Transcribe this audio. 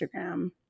Instagram